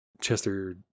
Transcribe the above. Chester